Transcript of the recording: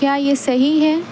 کیا یہ صحیح ہے